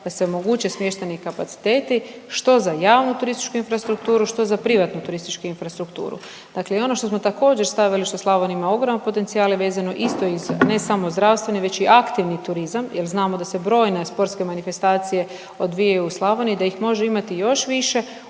da se omoguće smještajni kapaciteti što za javnu turističku infrastrukturu, što za privatnu turističku infrastrukturu. Dakle i ono što smo također stavili što Slavonija ima ogroman potencijal i vezano isto ne samo zdravstveni već i aktivni turizam jer znamo da se brojne sportske manifestacije odvijaju u Slavoniji da ih može imati još više,